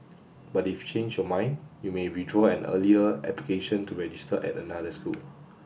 but if you change your mind you may withdraw an earlier application to register at another school